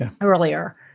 earlier